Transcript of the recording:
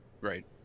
Right